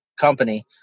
company